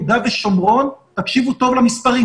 לכל יהודה ושומרון תקשיבו טוב למספרים